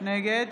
נגד